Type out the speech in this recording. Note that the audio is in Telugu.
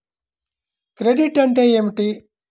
క్రెడిట్ అంటే ఏమిటి?